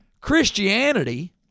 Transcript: Christianity